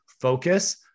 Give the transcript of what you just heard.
focus